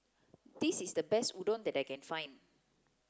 this is the best Udon that I can find